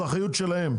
זו האחריות שלהן,